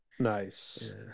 Nice